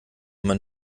man